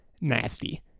nasty